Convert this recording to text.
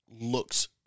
looks